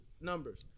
numbers